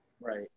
Right